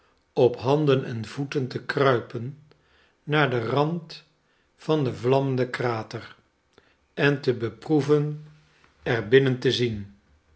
op handen en voeten te kruipen naar den rand van den vlammenden krater en te beproeven er binnen te zien